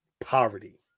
poverty